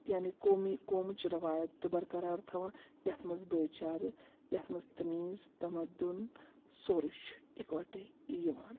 یعنی قومی قومٕچ روایت تہٕ برقرار تھاوان یَتھ منٛز بٲے چارٕ یَتھ منٛز تٔمیٖز تَمدُن سورُے چھُ اِکوَٹَے یِوان